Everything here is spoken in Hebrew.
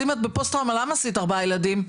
אז אם את בפוסט טראומה למה עשית ארבעה ילדים?